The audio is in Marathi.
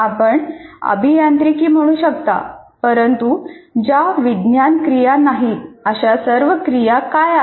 आपण अभियांत्रिकी म्हणू शकता परंतु ज्या विज्ञान क्रिया नाहीत अशा सर्व क्रिया काय आहेत